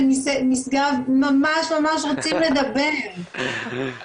ממשרד העלייה והקליטה.